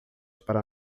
para